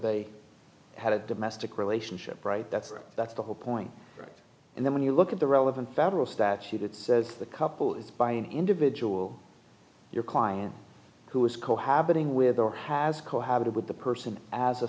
they had a domestic relationship right that's right that's the whole point right and then when you look at the relevant federal statute that says the couple is by an individual your client who is cohabiting with there has cohabited with the person as a